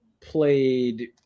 played